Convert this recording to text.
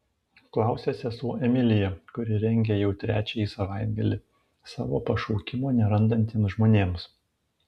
klausia sesuo emilija kuri rengia jau trečiąjį savaitgalį savo pašaukimo nerandantiems žmonėms